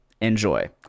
enjoy